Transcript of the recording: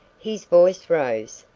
his voice rose,